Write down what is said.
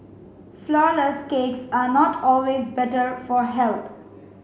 flourless cakes are not always better for health